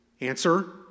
Answer